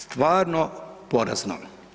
Stvarno porazno.